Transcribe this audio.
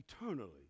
eternally